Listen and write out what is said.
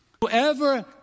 Whoever